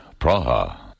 Praha